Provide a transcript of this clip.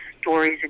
stories